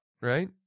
right